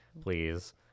please